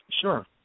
Sure